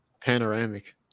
panoramic